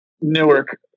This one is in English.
Newark